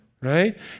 Right